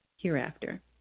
Hereafter